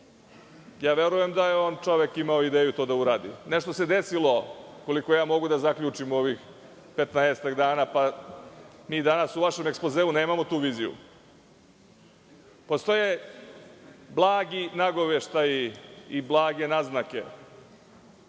Verujem da je on čovek imao ideju to da uradi, ali nešto se desilo, koliko ja mogu da zaključim, u ovih petnaestak dana, pa mi danas u vašem ekspozeu nemamo tu viziju. Postoje blagi nagoveštaji i blage naznake. Hoćete